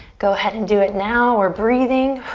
go ahead and do it now. we're breathing.